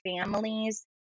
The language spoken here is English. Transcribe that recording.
families